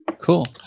Cool